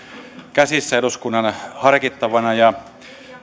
käsissä ja eduskunnan harkittavana ja